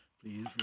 Please